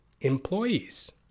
employees